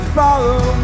follow